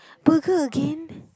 burger again